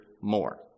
more